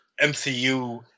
MCU